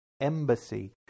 embassy